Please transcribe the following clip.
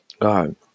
God